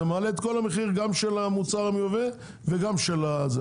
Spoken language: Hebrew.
זה מעלה את כל המחיר גם של המוצר המיובא וגם של המפוקח,